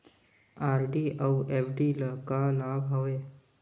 RD अऊ FD ल का लाभ हवे?